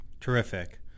Terrific